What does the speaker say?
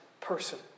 person